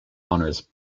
honours